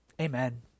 amen